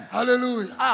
Hallelujah